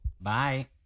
Bye